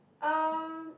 um